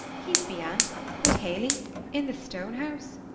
he's beyant wid haley in the stone house.